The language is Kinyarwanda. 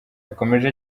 yakomeje